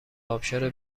ابشار